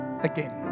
again